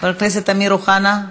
חבר הכנסת אמיר אוחנה,